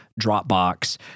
Dropbox